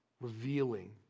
revealing